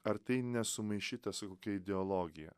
ar tai nesumaišyta su kokia ideologija